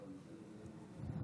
אדוני, לרשותך 40 דקות.